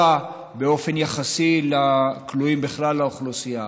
באופן יחסי לכלואים בכלל האוכלוסייה,